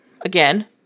again